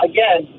Again